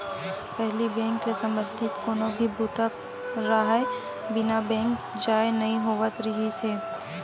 पहिली बेंक ले संबंधित कोनो भी बूता राहय बिना बेंक जाए नइ होवत रिहिस हे